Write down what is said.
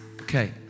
Okay